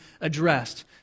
addressed